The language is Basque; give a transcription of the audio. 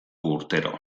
urtero